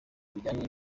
bijyanye